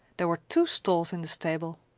there were two stalls in the stable.